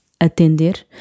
atender